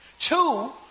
Two